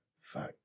fuck